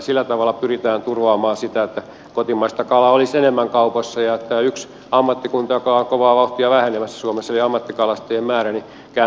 sillä tavalla pyritään turvaamaan sitä että kotimaista kalaa olisi enemmän kaupoissa ja tämän yhden ammattikunnan ammattikalastajien määrä joka on kovaa vauhtia vähenemässä suomessa kääntyisi myös nousuun